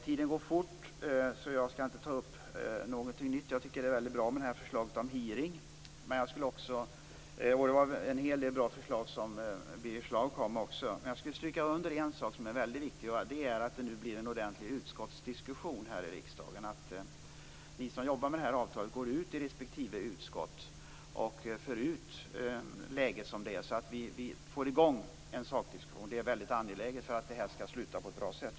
Tiden går fort, så jag skall inte ta upp några nya frågor. Jag tycker att förslaget om en utfrågning är väldigt bra, och Birger Schlaug kom också med en hel del väldigt bra förslag. Jag vill stryka under en sak som är väldigt viktig, nämligen att det nu blir en ordentlig utskottsdiskussion här i riksdagen, att vi som jobbar med det här avtalet går ut i respektive utskott och beskriver läget som det är, så att vi får i gång en sakdiskussion. Det är väldigt angeläget för att det här skall sluta på ett bra sätt.